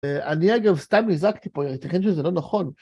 אני אגב סתם נזרקתי פה, יתכן שזה לא נכון.